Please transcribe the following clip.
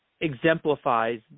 exemplifies